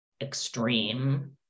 extreme